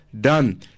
done